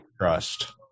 trust